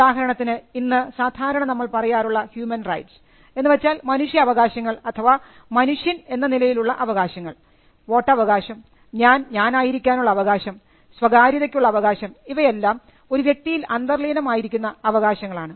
ഉദാഹരണത്തിന് ഇന്ന് സാധാരണ നമ്മൾ പറയാറുള്ള ഹ്യൂമൻ റൈറ്റ്സ് എന്ന് വെച്ചാൽ മനുഷ്യാവകാശങ്ങൾ അഥവാ മനുഷ്യൻ എന്ന നിലയിലുള്ള അവകാശങ്ങൾ വോട്ടവകാശം ഞാൻ ഞാനായിരിക്കാനുള്ള അവകാശം സ്വകാര്യതയ്ക്കുള്ള അവകാശം ഇവയെല്ലാം ഒരു വ്യക്തിയിൽ അന്തർലീനമായിരിക്കുന്ന അവകാശങ്ങളാണ്